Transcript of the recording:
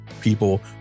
people